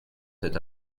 cet